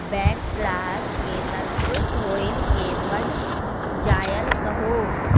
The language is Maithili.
बैंक ग्राहक के संतुष्ट होयिल के बढ़ जायल कहो?